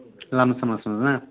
لَمسَمَس منٛز نہ